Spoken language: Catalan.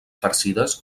farcides